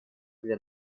для